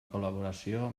col·laboració